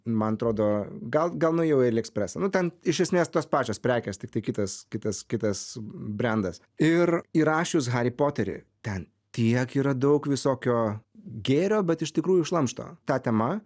man atrodo gal gal nuėjau į aliekspresą nu ten iš esmės tos pačios prekės tiktai kitas kitas kitas brendas ir įrašius harį poterį ten tiek yra daug visokio gėrio bet iš tikrųjų šlamšto ta tema